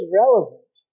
relevant